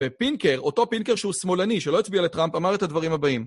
בפינקר, אותו פינקר שהוא שמאלני, שלא הצביע לטראמפ, אמר את הדברים הבאים.